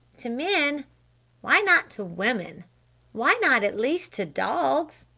to men why not to women why not at least to dogs?